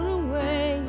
away